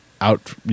out